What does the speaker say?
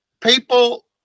people